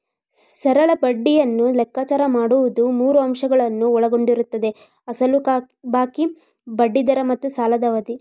ಸರಳ ಬಡ್ಡಿಯನ್ನು ಲೆಕ್ಕಾಚಾರ ಮಾಡುವುದು ಮೂರು ಅಂಶಗಳನ್ನು ಒಳಗೊಂಡಿರುತ್ತದೆ ಅಸಲು ಬಾಕಿ, ಬಡ್ಡಿ ದರ ಮತ್ತು ಸಾಲದ ಅವಧಿ